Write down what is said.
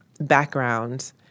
background